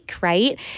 right